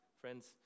Friends